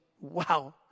wow